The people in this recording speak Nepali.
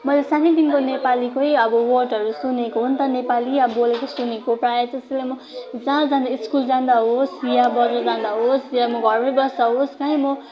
मैले सानैदेखि नेपालीकै अब वर्डहरू सुनेको हो नि त नेपाली बोलेको सुनेको प्राय त्यसैले म जहाँ जाँदा स्कुल जाँदा होस् बजार जाँदा होस या म घरमै बस्दा होस्